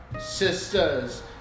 sisters